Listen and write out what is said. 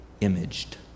imaged